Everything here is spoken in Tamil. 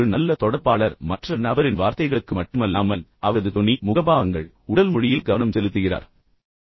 ஒரு நல்ல தொடர்பாளர் மற்ற நபரின் வார்த்தைகளுக்கு மட்டுமல்லாமல் அவரது தொனியிலும் கவனம் செலுத்துகிறார் மற்றும் முகபாவங்கள் மற்றும் உடல் மொழி